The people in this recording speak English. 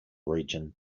region